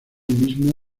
mismo